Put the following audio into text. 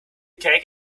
cake